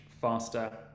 faster